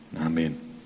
amen